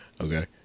Okay